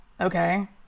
okay